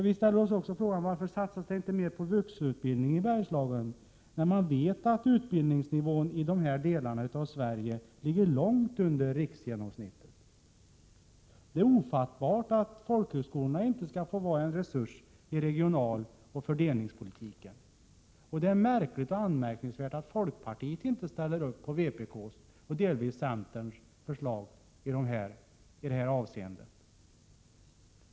Vi ställer oss också frågan varför det inte satsas mer på vuxenutbildning i Bergslagen, när man vet att utbildningsnivån i de delarna av Sverige ligger långt under riksgenomsnittet. Det är ofattbart att folkhögskolorna inte skall få vara en resurs i regionaloch fördelningspolitiken. Det är anmärkningsvärt att folkpartiet inte ställer sig bakom vpk:s och delvis centerns förslag i detta avseende.